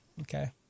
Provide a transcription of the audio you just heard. Okay